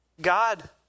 God